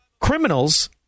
criminals